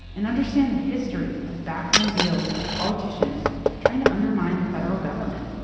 and understand the history of backroom deals by politicians trying to undermine the federal government.